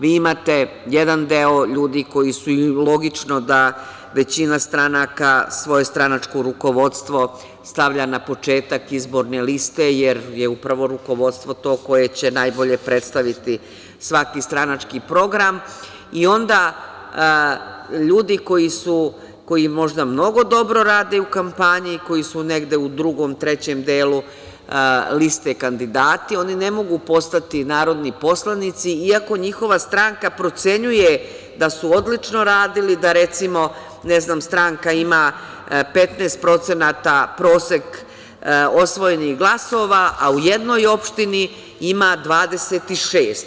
Vi imate jedan deo ljudi koji su i, logično da većina stranaka svoje stranačko rukovodstvo stavlja na početak izborne liste, jer je upravo rukovodstvo to koje će najbolje predstaviti svaki stranački program, onda ljudi koji možda mnogo dobro rade u kampanji, koji su negde u drugom, trećem delu liste kandidati, oni ne mogu postati narodni poslanici iako njihova stranka procenjuje da su odlično radili, da recimo stranka ima 15% prosek osvojenih glasova, a u jednoj opštini ima 26.